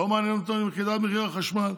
לא מעניין אותנו ירידת מחירי החשמל,